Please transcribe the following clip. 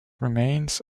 remains